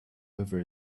over